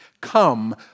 Come